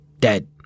Dead